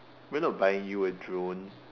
we are not buying you a drone